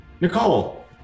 Nicole